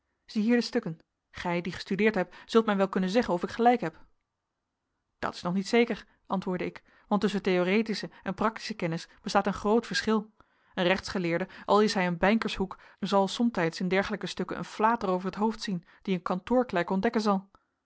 ziehier de stukken gij die gestudeerd hebt zult mij wel kunnen zeggen of ik gelijk heb dat is nog niet zeker antwoordde ik want tusschen theoretische en practische kennis bestaat een groot verschil een rechtsgeleerde al is hij een bijnckershoeck zal somtijds in dergelijke stukken een flater over t hoofd zien die een kantoorklerk ontdekken zal